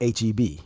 HEB